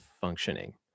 functioning